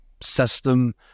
system